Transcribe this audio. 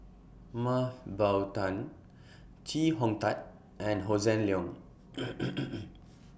Mah Bow Tan Chee Hong Tat and Hossan Leong